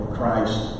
Christ